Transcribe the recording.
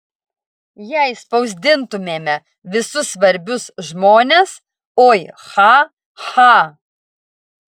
jei spausdintumėme visus svarbius žmones oi cha cha